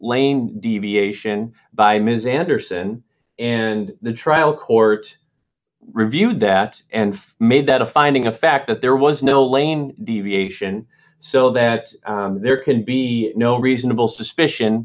lane deviation by ms anderson and the trial court reviewed that and made that a finding of fact that there was no lane deviation so that there can be no reasonable suspicion